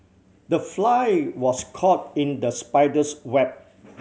the fly was caught in the spider's web